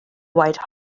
white